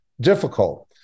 difficult